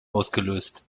ausgelöst